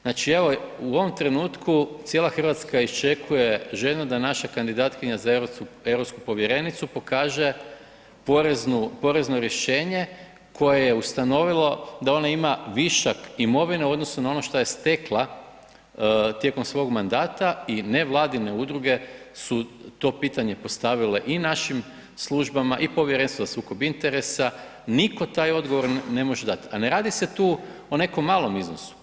Znači evo, u ovom trenutku cijela Hrvatska iščekuje željno da naša kandidatkinja za europsku povjerenicu pokaže porezno rješenje koje je ustanovilo da ona ima višak imovine u odnosu na ono što je stekla tijekom svog mandata i nevladine udruge su to pitanje postavile i našim službama i Povjerenstvu za sukob interesa, nitko taj odgovor ne može dati, a ne radi se tu o nekom malom iznosu.